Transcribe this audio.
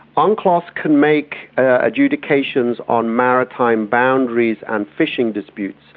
unclos can make adjudications on maritime boundaries and fishing disputes,